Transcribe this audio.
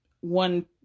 one